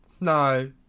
no